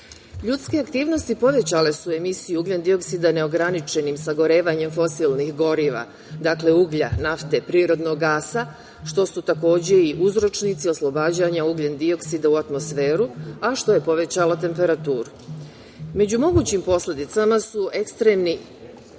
Ljudske aktivnosti povećale su emisiju ugljen dioksida neograničenim sagorevanjem fosilnih goriva. Dakle, uglja, nafte, prirodnog gasa što su takođe i uzročnici oslobađanja ugljen dioksida u atmosferu, a što je povećalo temperaturu. Među mogućim posledicama su ekstremni